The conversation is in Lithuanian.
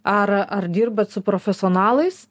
ar ar dirbat su profesionalais